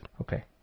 Okay